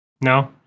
No